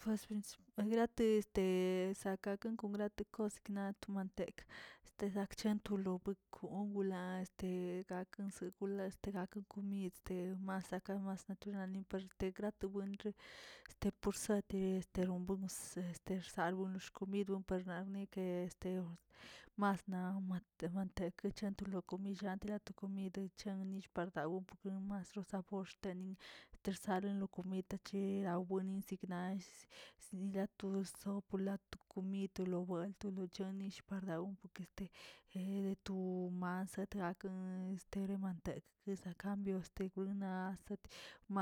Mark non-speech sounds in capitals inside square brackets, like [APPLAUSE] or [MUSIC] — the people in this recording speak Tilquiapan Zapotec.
[UNINTELLIGIBLE] grate este sek gakan kon grate kwsikna to mantek este chakchen to lo buin kon gula este gakan segula dgakan komid [HESITATION] masakan mas natural per gratowenrə este por sandire konbuns este rsambulon xkomido parxnab nkə este mas na mante mante chentulo kon billaa laa to komid chaa nill par dawnikpmas ra sabor xteni tersane lo komid techerabuen siknall xni la to sop ni lat to komid to lo buelt lo chonill pal law poke este [HESITATION] de deto mans kat gaken estere manteg kesakambio este naꞌ sat